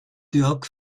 dirk